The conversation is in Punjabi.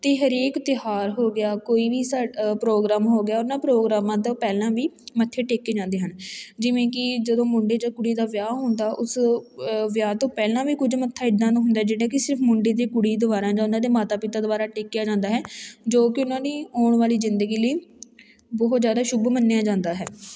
ਅਤੇ ਹਰੇਕ ਤਿਉਹਾਰ ਹੋ ਗਿਆ ਕੋਈ ਵੀ ਸਾ ਪ੍ਰੋਗਰਾਮ ਹੋ ਗਿਆ ਉਹਨਾਂ ਪ੍ਰੋਗਰਾਮਾਂ ਤੋਂ ਪਹਿਲਾਂ ਵੀ ਮੱਥੇ ਟੇਕੇ ਜਾਂਦੇ ਹਨ ਜਿਵੇਂ ਕਿ ਜਦੋਂ ਮੁੰਡੇ ਜਾਂ ਕੁੜੀ ਦਾ ਵਿਆਹ ਹੁੰਦਾ ਉਸ ਵਿਆਹ ਤੋਂ ਪਹਿਲਾਂ ਵੀ ਕੁਝ ਮੱਥਾ ਇੱਦਾਂ ਦਾ ਹੁੰਦਾ ਜਿਹੜੇ ਕਿ ਸਿਰਫ ਮੁੰਡੇ ਅਤੇ ਕੁੜੀ ਦੁਆਰਾ ਜਾਂ ਉਹਨਾਂ ਦੇ ਮਾਤਾ ਪਿਤਾ ਦੁਆਰਾ ਟੇਕਿਆ ਜਾਂਦਾ ਹੈ ਜੋ ਕਿ ਉਹਨਾਂ ਦੀ ਆਉਣ ਵਾਲੀ ਜ਼ਿੰਦਗੀ ਲਈ ਬਹੁਤ ਜ਼ਿਆਦਾ ਸ਼ੁਭ ਮੰਨਿਆ ਜਾਂਦਾ ਹੈ